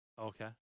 Okay